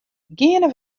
geane